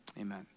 amen